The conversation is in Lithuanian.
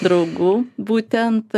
draugų būtent